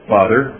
Father